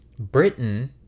Britain